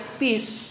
peace